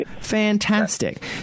fantastic